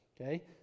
okay